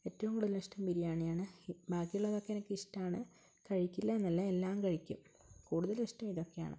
ഏറ്റവും കൂടുതലിഷ്ടം ബിരിയാണിയാണ് ഈ ബാക്കിയുള്ളതൊക്കെ എനക്കിഷ്ടമാണ് കഴിക്കില്ലയെന്നല്ല എല്ലാം കഴിക്കും കൂടുതലിഷ്ടം ഇതൊക്കെയാണ്